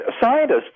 scientists